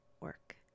work